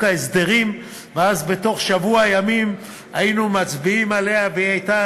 ההסדרים ואז בתוך שבוע ימים היינו מצביעים עליה והיא הייתה